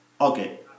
okay